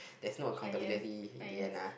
there's no accountability in the end lah